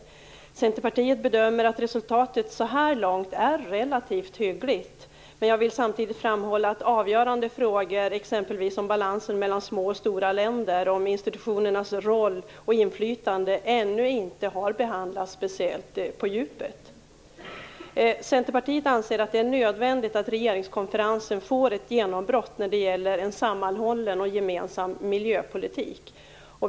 Vi i Centerpartiet bedömer att resultatet så här långt är relativt hyggligt, men jag vill samtidigt framhålla att avgörande frågor, exempelvis om balansen mellan små och stora länder eller om institutionernas roll och inflytande, ännu inte har behandlats speciellt mycket på djupet. Vi i Centerpartiet anser att det är nödvändigt att regeringskonferensen får ett genombrott när det gäller detta med en sammanhållen och gemensam miljöpolitik.